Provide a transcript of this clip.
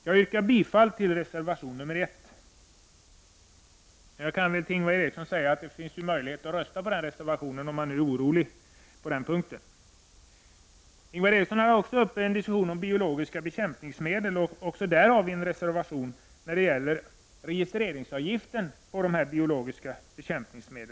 Jag yrkar bifall till reservation 1. Till Ingvar Eriksson kan jag säga att det finns möjlighet att rösta för den reservationen, om man nu är orolig på den här punkten. Ingvar Eriksson tog även upp en diskussion om biologiska bekämpningsmedel. Vi har en reservation som gäller registreringsavgiften för dessa biologiska bekämpningsmedel.